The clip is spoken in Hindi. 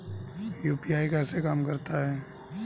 यू.पी.आई कैसे काम करता है?